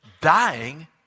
dying